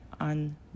on